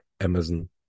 Amazon